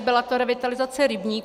Byla to revitalizace rybníků.